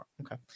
Okay